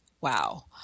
Wow